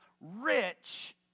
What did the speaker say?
rich